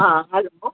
हा हलो